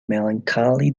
melancholy